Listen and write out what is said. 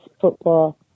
football